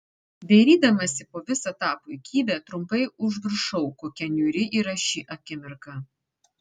dairydamasi po visą tą puikybę trumpai užmiršau kokia niūri yra ši akimirka